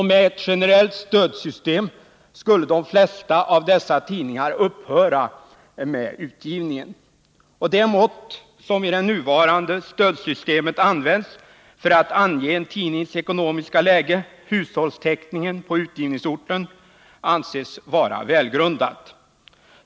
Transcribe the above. Med ett generellt stödsystem skulle de flesta av dessa tidningar upphöra med utgivningen. Det mått som i det nuvarande stödsystemet används för att ange en tidnings ekonomiska läge — hushållstäckningen på utgivningsorten — anses vara välgrundat.